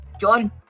John